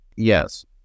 Yes